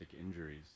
injuries